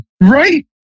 Right